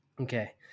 Okay